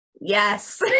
Yes